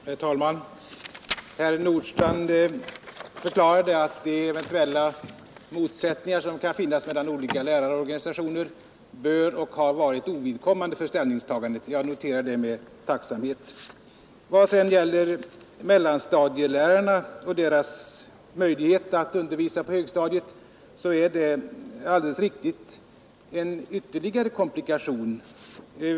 Herr talman! Herr Nordstrandh förklarade att de eventuella motsättningar som kan finnas mellan olika lärarorganisationer bör vara och har varit ovidkommande för ställningstagandet. Jag noterar det med tacksamhet. I vad sedan gäller mellanstadielärarna och deras möjligheter att undervisa på högstadiet är det alldeles riktigt en ytterligare komplikation.